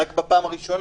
רק בפעם הראשונה?